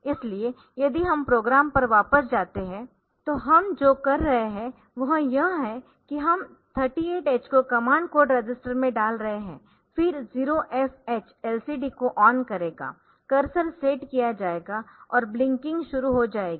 इसलिए यदि हम प्रोग्राम पर वापस जाते है तो हम जो कर रहे है वह यह है कि हम 38h को कमांड कोड रजिस्टर में डाल रहे है फिर 0fh LCD को ऑन करेगा कर्सर सेट किया जाएगा और ब्लिंकिंग शुरू हो जाएगी